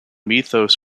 mythos